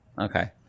Okay